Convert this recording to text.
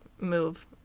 move